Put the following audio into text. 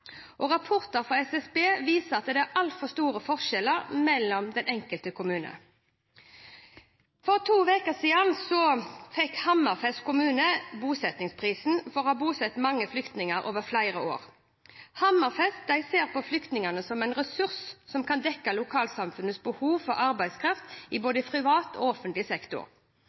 Rapporter fra SSB viser at det er altfor store forskjeller mellom de enkelte kommunene. For to uker siden fikk Hammerfest kommune Bosettingsprisen for å ha bosatt mange flyktninger over flere år. Hammerfest ser på flyktningene som en ressurs, som kan dekke lokalsamfunnets behov for arbeidskraft i både privat og offentlig sektor.